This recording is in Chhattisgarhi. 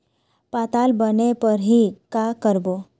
पताल बने फरही का करबो?